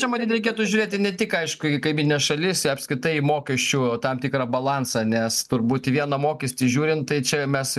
čia matyt reikėtų žiūrėti ne tik aišku į kaimynines šalis apskritai į mokesčių tam tikrą balansą nes turbūt į vieną mokestį žiūrint tai čia mes